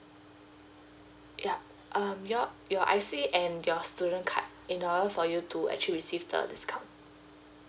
yup um yup your I_C and your student card in order for you to actually receive the discount